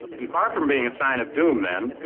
and far from being a sign of doom, then,